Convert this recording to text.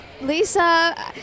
Lisa